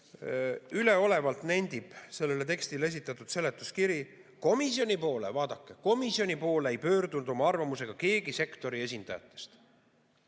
üleolevalt nendib sellele tekstile esitatud seletuskiri, et komisjoni poole, vaadake, komisjoni poole ei pöördunud oma arvamusega keegi sektori esindajatest.